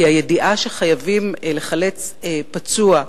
כי הידיעה שחייבים לחלץ פצוע,